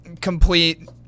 complete